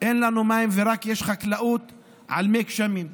אין לנו מים, והחקלאות היא רק על מי גשמים.